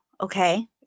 okay